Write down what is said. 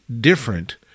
different